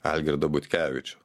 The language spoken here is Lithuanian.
algirdą butkevičių